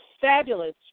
fabulous